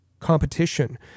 competition